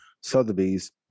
Sotheby's